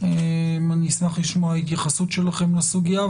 אני אשמח לשמוע התייחסות שלכם לסוגיה,